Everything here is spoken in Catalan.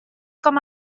com